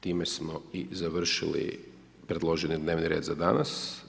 Time smo i završili predloženi dnevni red za danas.